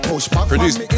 Produced